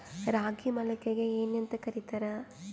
ರಾಗಿ ಮೊಳಕೆಗೆ ಏನ್ಯಾಂತ ಕರಿತಾರ?